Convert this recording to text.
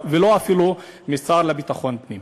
אפילו לא מהשר לביטחון פנים.